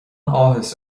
áthas